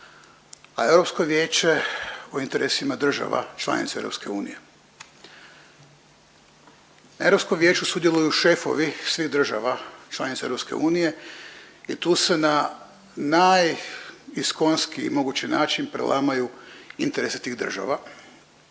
a Europsko vijeće o interesima država članica EU. U Europskom vijeću sudjeluju šefovi svih država članica EU i tu se na najiskonskiji mogući način prelamaju interese tih država,